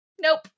Nope